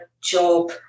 job